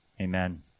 Amen